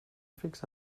fixa